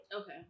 okay